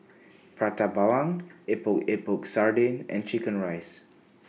Prata Bawang Epok Epok Sardin and Chicken Rice